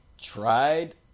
tried